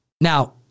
Now